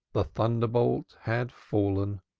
the thunderbolt had fallen.